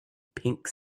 pink